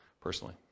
personally